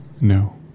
No